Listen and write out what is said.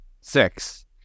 six